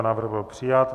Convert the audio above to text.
Návrh byl přijat.